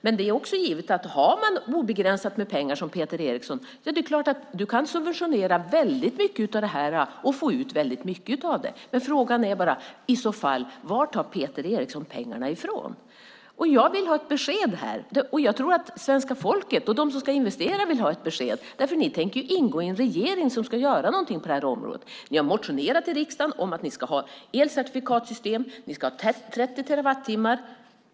Men det är också givet att om man som Peter Eriksson har obegränsat med pengar är det klart att du kan subventionera väldigt mycket av detta och få ut väldigt mycket av det. Men frågan är: Var tar Peter Eriksson i så fall pengarna ifrån? Jag vill ha ett besked här, och jag tror att svenska folket och de som ska investera vill ha ett besked. Ni tänker ingå i en regering som ska göra någonting på det här området. Ni har motionerat i riksdagen om att ni ska ha elcertifikatssystem och 30 terawattimmar.